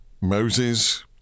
Moses